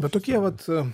bet tokie vat